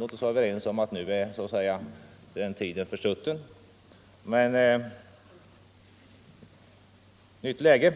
Låt oss vara överens om att den möjligheten nu är försutten och att vi har ett nytt läge.